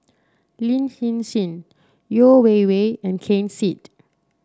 Lin Hsin Hsin Yeo Wei Wei and Ken Seet